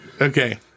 Okay